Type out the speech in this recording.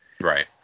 Right